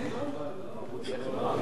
זה אני לא יכול להגיד.